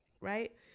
right